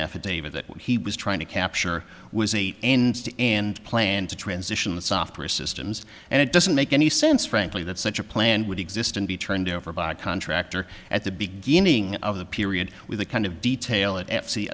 affidavit that he was trying to capture was eight and plan to transition the software systems and it doesn't make any sense frankly that such a plan would exist and be turned over by a contractor at the beginning of the period with the kind of detail at f c